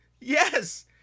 Yes